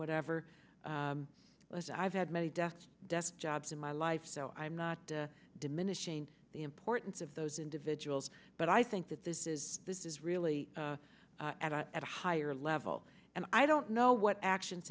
whatever as i've had many deaths desk jobs in my life so i'm not diminishing the importance of those individuals but i think that this is this is really at a higher level and i don't know what actions